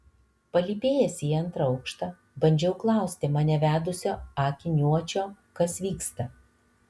palypėjęs į antrą aukštą bandžiau klausti mane vedusio akiniuočio kas vyksta